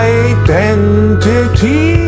identity